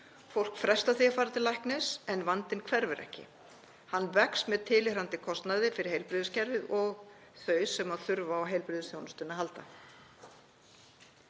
Fólk frestar því að fara til læknis en vandinn hverfur ekki — hann vex með tilheyrandi kostnaði fyrir heilbrigðiskerfið og þau sem þurfa á heilbrigðisþjónustunni að halda.